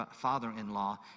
father-in-law